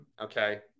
okay